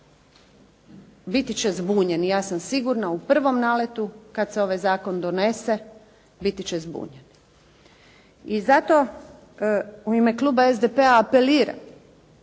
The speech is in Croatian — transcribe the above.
biti će zbunjeni, ja sam sigurna u prvom naletu kad se ovaj zakon donese, biti će zbunjeni. I zato u ime kluba SDP-a apeliram